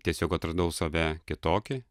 tiesiog atradau save kitokį